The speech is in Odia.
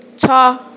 ଛଅ